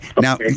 Now